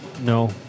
No